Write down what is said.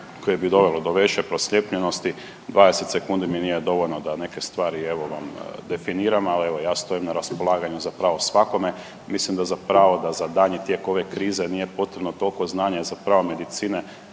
koje bi dovelo do veće procijepljenosti 20 sekundi mi nije dovoljno da neke stvari evo vam definiram, ali ja stojim na raspolaganju zapravo svakome. Mislim da zapravo da za daljnji tijek ove krize nije potrebno toliko znanja zapravo medicine